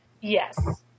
Yes